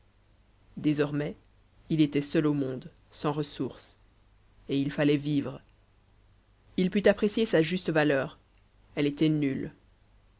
désormais il était seul au monde sans ressources et il fallait vivre il put apprécier sa juste valeur elle était nulle